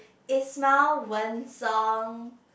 Ismail Wen-Song